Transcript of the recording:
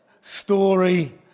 story